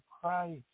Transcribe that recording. Christ